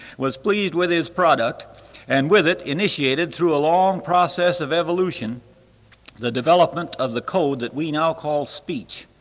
was pleased with his product and with it initiated through a long process of evolution the development of the code that we now call speech.